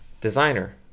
Designer